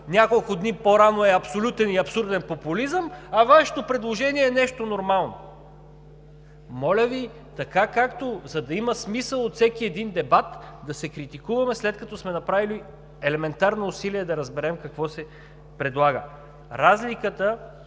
няколко дни по-рано, е абсолютен и абсурден популизъм, а Вашето предложение е нещо нормално?! Моля Ви, за да има смисъл от всеки дебат, да се критикуваме, след като сме направили елементарно усилие да разберем какво се предлага. Разликата